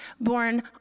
born